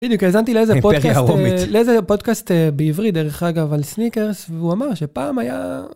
בדיוק האזנתי לאיזה פודקאסט בעברית שהיה דרך אגב על סניקרס והוא אמר שפעם היה...